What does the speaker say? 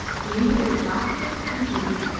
mingled with laughter and jeering.